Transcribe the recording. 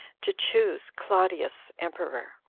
to choose claudius emperor,